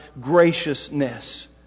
graciousness